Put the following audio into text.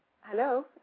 Hello